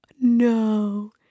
No